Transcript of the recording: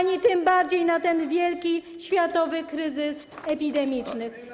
ani tym bardziej na ten wielki, światowy kryzys epidemiczny.